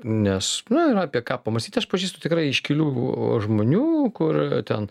nes nu yra apie ką pamąstyt aš pažįstu tikrai iškilių žmonių kur ten